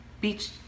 beach